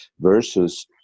versus